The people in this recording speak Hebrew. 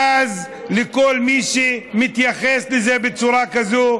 בז לכל מי שמתייחס לזה בצורה כזאת.